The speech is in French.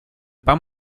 pas